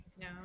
no